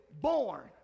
born